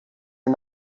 are